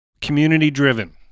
community-driven